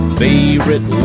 favorite